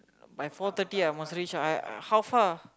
by four thirty I must reach I I how far